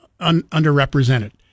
underrepresented